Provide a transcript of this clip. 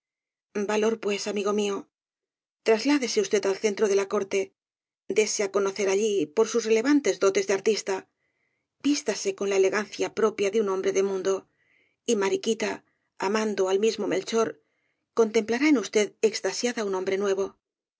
fin valor pues amigo mío trasládese usted al centro de la corte dése á conocer allí por sus relevantes dotes de artista vístase con la elegancia propia de un hombre de mundo y mariquita amando al mismo melchor contemplará en usted extasiada un hombre nuevo